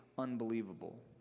unbelievable